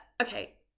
okay